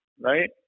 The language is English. Right